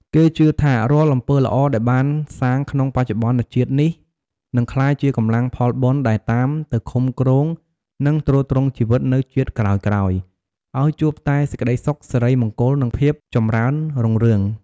គេជឿថារាល់អំពើល្អដែលបានសាងក្នុងបច្ចុប្បន្នជាតិនេះ នឹងក្លាយជាកម្លាំងផលបុណ្យដែលតាមទៅឃំគ្រង និងទ្រទ្រង់ជីវិតនៅជាតិក្រោយៗ ឲ្យជួបតែសេចក្តីសុខ សិរីមង្គល និងភាពចម្រើនរុងរឿង។